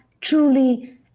truly